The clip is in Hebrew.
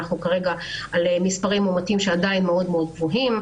כרגע אנחנו עם מספרי מאומתים מאוד מאוד גבוהים.